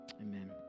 Amen